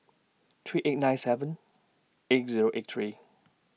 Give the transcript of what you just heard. three eight nine seven eight Zero eight three